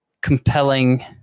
compelling